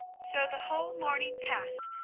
so the whole morning passed,